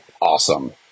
awesome